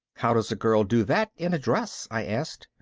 how does a girl do that in a dress? i asked.